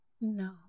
No